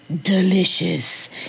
delicious